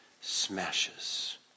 smashes